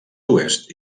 oest